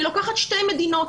אני לוקחת שתי מדינות.